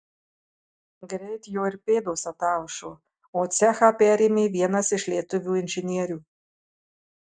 greit jo ir pėdos ataušo o cechą perėmė vienas iš lietuvių inžinierių